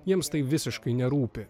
jiems tai visiškai nerūpi